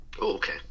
Okay